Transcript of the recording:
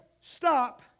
stop